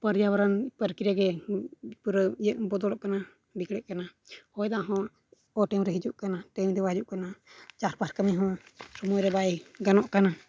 ᱯᱟᱨᱡᱟᱵᱚᱨᱚᱱ ᱯᱨᱚᱠᱨᱤᱭᱟᱜᱮ ᱯᱩᱨᱟᱹ ᱤᱭᱟᱹ ᱵᱚᱫᱚᱞᱚᱜ ᱠᱟᱱᱟ ᱵᱤᱜᱽᱲᱟᱹᱜ ᱠᱟᱱᱟ ᱦᱚᱭᱼᱫᱟᱜ ᱦᱚᱸ ᱚᱼᱴᱟᱭᱤᱢ ᱨᱮ ᱦᱤᱡᱩᱜ ᱠᱟᱱᱟ ᱴᱟᱭᱤᱢ ᱨᱮ ᱵᱟᱭ ᱦᱤᱡᱩᱜ ᱠᱟᱱᱟ ᱪᱟᱥᱵᱟᱥ ᱠᱟᱹᱢᱤᱦᱚᱸ ᱥᱚᱢᱚᱭ ᱨᱮ ᱵᱟᱭ ᱜᱟᱱᱚᱜ ᱠᱟᱱᱟ